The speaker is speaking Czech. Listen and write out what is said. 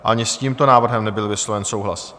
Ani s tímto návrhem nebyl vysloven souhlas.